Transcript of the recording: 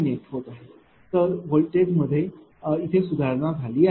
98 होत आहे तर व्होल्टेजमध्ये सुधारणा झाली आहे